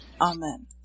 Amen